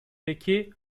peki